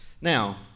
Now